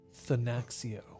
Thanaxio